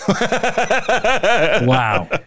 Wow